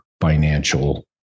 financial